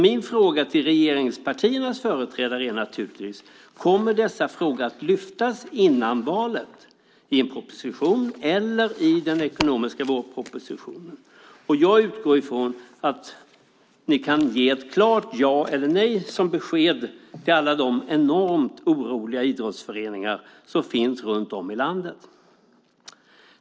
Min fråga till regeringspartiernas företrädare är naturligtvis: Kommer dessa frågor att lyftas fram före valet i en proposition eller i den ekonomiska vårpropositionen? Jag utgår från att ni kan ge ett klart ja eller nej som besked till alla de enormt oroliga idrottsföreningar som finns runt om i landet.